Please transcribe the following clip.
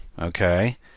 Okay